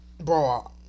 Bro